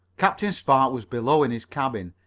captain spark was below in his cabin,